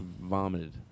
vomited